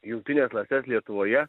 jungtines klases lietuvoje